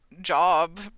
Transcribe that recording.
job